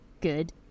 good